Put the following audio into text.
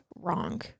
wrong